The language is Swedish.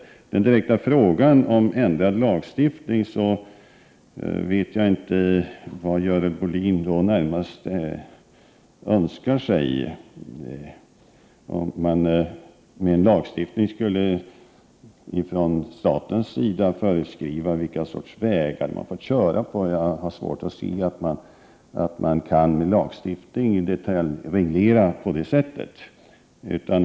När det gäller den direkta frågan om ändrad lagstiftning vet jag inte vad Görel Bohlin närmast önskar sig. Jag har svårt att se att man med lagstiftning från statens sida i detalj kan reglera t.ex. vilka vägar man får köra på.